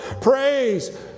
Praise